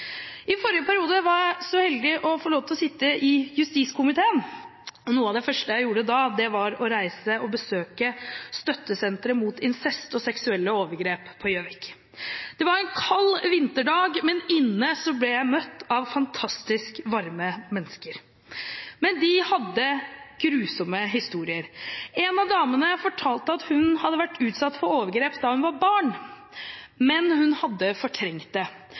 I forrige periode var jeg så heldig å få lov til å sitte i justiskomiteen. Noe av det første jeg da gjorde, var å reise og besøke støttesenteret mot incest og seksuelle overgrep på Gjøvik. Det var en kald vinterdag, men inne ble jeg møtt av fantastisk varme mennesker. De hadde grusomme historier å fortelle. En av damene fortalte at hun hadde vært utsatt for overgrep da hun var barn, men hun hadde fortrengt det.